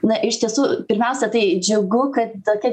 na iš tiesų pirmiausia tai džiugu kad tokia